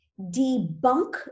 debunk